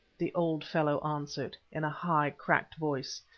the old fellow answered, in a high, cracked voice,